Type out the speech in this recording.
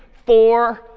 four,